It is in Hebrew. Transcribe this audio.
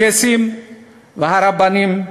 הקייסים והרבנים,